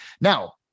Now